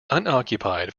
unoccupied